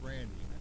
Randy